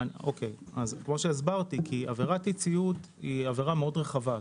כי עבירת אי-ציות היא עבירה מאוד רחבה.